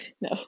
No